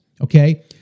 okay